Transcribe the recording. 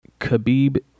Khabib